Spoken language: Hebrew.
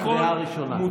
קריאה ראשונה.